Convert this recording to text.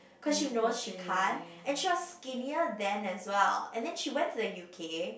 cause she know she can't and she was skinnier than as well and then she went to the U_K